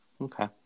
Okay